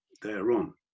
Thereon